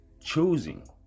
choosing